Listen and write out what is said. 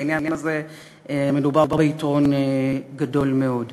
בעניין הזה מדובר ביתרון גדול מאוד.